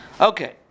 Okay